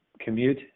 commute